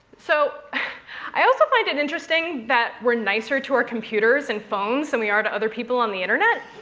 so i also find it interesting that we're nicer to our computers and phones than we are to other people on the internet.